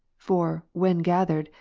for, when gathered,